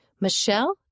Michelle